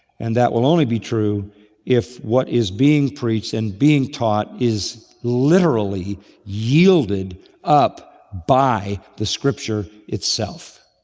and that will only be true if what is being preached and being taught is literally yielded up by the scripture itself.